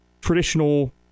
traditional